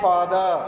Father